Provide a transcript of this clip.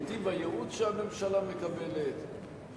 מטיב הייעוץ שהממשלה מקבלת,